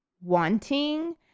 wanting